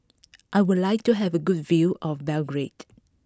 I would like to have a good view of Belgrade